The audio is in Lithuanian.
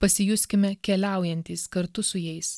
pasijuskime keliaujantys kartu su jais